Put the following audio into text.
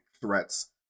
threats